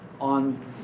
on